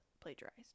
plagiarized